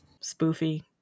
spoofy